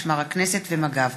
משמר הכנסת ומג"ב.